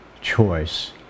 choice